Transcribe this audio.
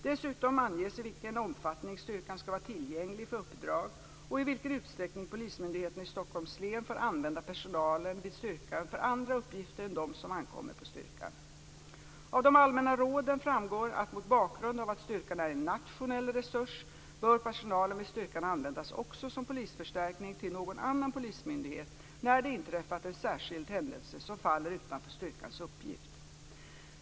Dessutom anges i vilken omfattning styrkan skall vara tillgänglig för uppdrag och i vilken utsträckning Polismyndigheten i Stockholms län får använda personalen vid styrkan för andra uppgifter än dem som ankommer på styrkan. Av de allmänna råden framgår att mot bakgrund av att styrkan är en nationell resurs bör personalen vid styrkan användas också som polisförstärkning till någon annan polismyndighet när det inträffat en särskild händelse som faller utanför styrkans uppgift.